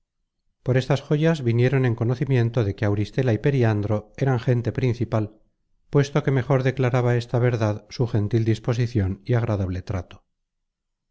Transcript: por estas joyas vinieron en conocimiento de que auristela y periandro eran gente prin una content from google book search generated at cipal puesto que mejor declaraba esta verdad su gentil disposicion y agradable trato